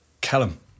Callum